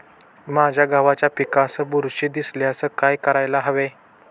माझ्या गव्हाच्या पिकात बुरशी दिसल्यास काय करायला हवे?